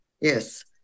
Yes